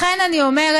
לכן אני אומרת: